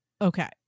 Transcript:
okay